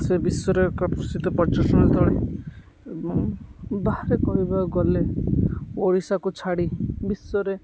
ସେ ବିଶ୍ୱରେ ଏକ ପ୍ରସିଦ୍ଧ ପର୍ଯ୍ୟଟନ ସ୍ଥଳୀ ଏବଂ ବାହାରେ କହିବାକୁ ଗଲେ ଓଡ଼ିଶାକୁ ଛାଡ଼ି ବିଶ୍ୱରେ